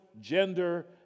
gender